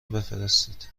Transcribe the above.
بفرستید